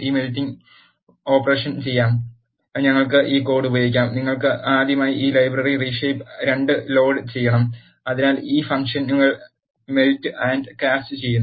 ഈ melting operation ചെയ്യാൻ ഞങ്ങൾക്ക് ഈ കോഡ് ഉപയോഗിക്കാം നിങ്ങൾ ആദ്യം ഈ ലൈബ്രറി റീഷെയ്പ്പ് 2 ലോഡ് ചെയ്യണം അതിൽ ഈ ഫംഗ്ഷനുകൾ മെൽറ്റ് ആൻഡ് കാസ്റ്റ് ചെയ്യുന്നു